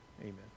Amen